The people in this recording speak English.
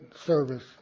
service